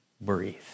breathe